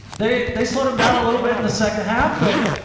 they they slowed him down a little bit in the second half, but,